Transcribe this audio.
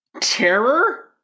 terror